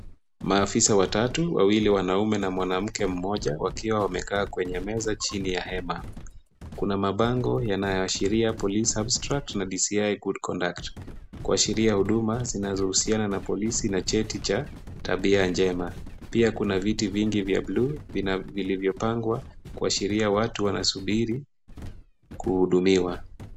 Maafisa watatu. Wawili; wanaume na mwanamke mmoja wakiwa wamekaa kwenye meza chini ya hema. Kuna mabango yanayoshiria police abstract na DCI good conduct . Kuashiria huduma zinazohusiana na polisi na cheti cha tabia njema. Pia kuna viti vingi vya bluu vinavyopangwa kuashiria watu wanasubiri kuhudumiwa.